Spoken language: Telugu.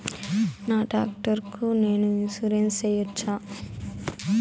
నా టాక్టర్ కు నేను ఇన్సూరెన్సు సేయొచ్చా?